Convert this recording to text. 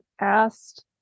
asked